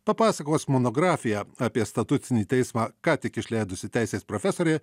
papasakos monografiją apie statutinį teismą ką tik išleidusi teisės profesorė